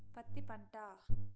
పత్తి పంట